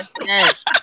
Yes